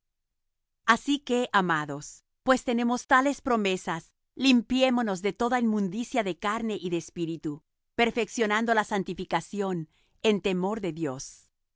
asi que amados pues tenemos tales promesas limpiémonos de toda inmundicia de carne y de espíritu perfeccionando la santificación en temor de dios